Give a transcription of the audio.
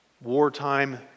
wartime